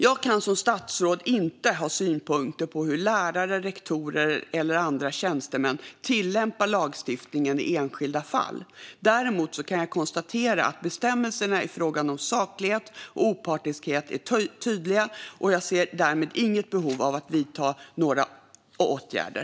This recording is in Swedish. Jag kan som statsråd inte ha synpunkter på hur lärare, rektorer eller andra tjänstemän tillämpar lagstiftningen i enskilda fall. Däremot kan jag konstatera att bestämmelserna i fråga om saklighet och opartiskhet är tydliga, och jag ser därmed inget behov av att vidta några åtgärder.